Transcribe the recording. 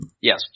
Yes